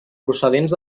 procedents